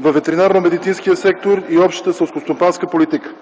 във ветеринарномедицинския сектор и общата селскостопанска политика.